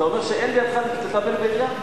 אתה אומר שאין דרך לטפל בעירייה?